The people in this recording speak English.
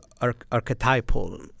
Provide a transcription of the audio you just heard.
archetypal